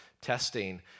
testing